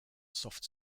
soft